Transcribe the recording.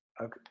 Okay